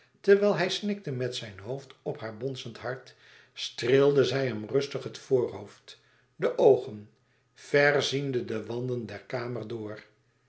terwijl hij snikte met zijn hoofd op haar bonzend hart streelde zij hem rustig het voorhoofd de oogen ver ziende ver de wanden der kamer door